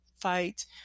fight